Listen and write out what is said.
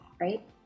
Right